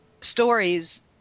stories